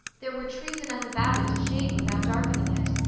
there were trees enough about it to shade without darkening it,